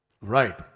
right